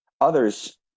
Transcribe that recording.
others